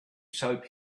soap